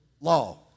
law